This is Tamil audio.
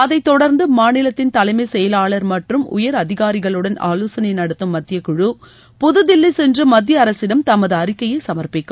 அதைத் தொடர்ந்து மாநிலத்தின் தலைமைச் செயலாளர் மற்றும் உயர் அதிகாரிகளுடன் ஆலோசனை நடத்தம் மத்திய குழு புதுதில்வி சென்று மத்திய அரசிடம் தமது அறிக்கையை சமர்ப்பிக்கும்